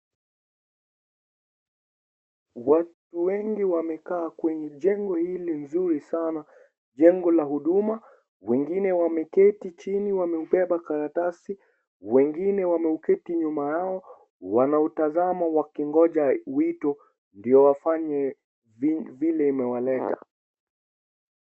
Watu wengi wamekaa kwenye jengo hili zuri sana, jengo la huduma. wengine wameketi chini wamebeba karatasi, wengine wameketi nyuma yao, wanautazama wakigoja wito ndio wakafanye vile imewaleta.